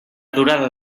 durada